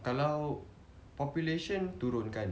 kalau population turun kan